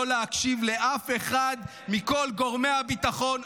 לא להקשיב לאף אחד מכל גורמי הביטחון.